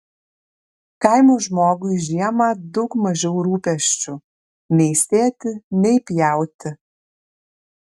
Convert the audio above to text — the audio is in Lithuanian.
kaimo žmogui žiemą daug mažiau rūpesčių nei sėti nei pjauti